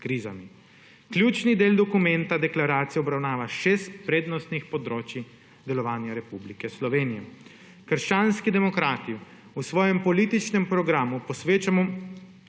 krizami. Ključni del dokumenta deklaracije obravnava šest prednostnih področij delovanja Republike Slovenije. Krščanski demokrati v svojem političnem programu posvečamo